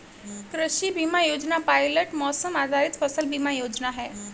कृषि बीमा योजना पायलट मौसम आधारित फसल बीमा योजना है